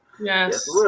Yes